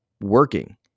working